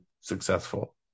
successful